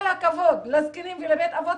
כל הכבוד לזקנים ולבית אבות,